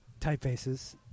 typefaces